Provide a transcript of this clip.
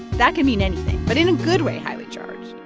that can mean anything but in a good way highly charged